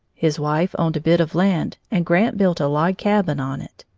his wife owned a bit of land, and grant built a log cabin on it.